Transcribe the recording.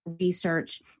research